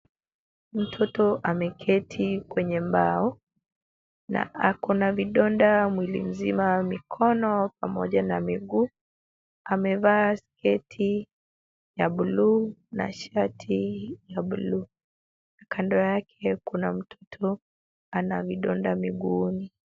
Mtoto ameketi kwenye mbao na ako na vidonda mwili mzima, mikono pamoja na miguu. Amevaa sketi ya buluu na shati ya buluu. Kando yake kuna mtoto ana vidonda miguuni.